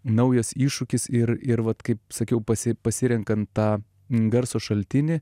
naujas iššūkis ir ir vat kaip sakiau pasi pasirenkant tą garso šaltinį